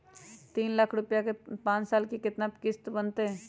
तीन लाख रुपया के पाँच साल के केतना किस्त बनतै?